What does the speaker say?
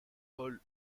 paul